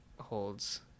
holds